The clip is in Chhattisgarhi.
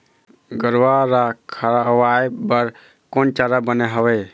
गरवा रा खवाए बर कोन चारा बने हावे?